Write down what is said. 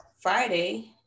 Friday